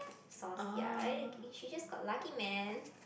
source ya I she just got lucky man